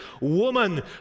woman